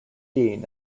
dean